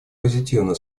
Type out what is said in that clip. позитивно